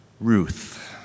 Ruth